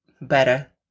better